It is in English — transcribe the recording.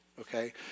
okay